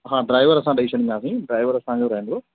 हा ड्राइवर असां ॾेई छॾींदासीं ड्राइवर असांजो रहंदो